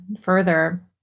further